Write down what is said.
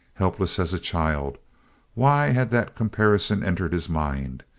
helpless as a child why had that comparison entered his mind?